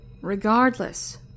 Regardless